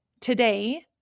today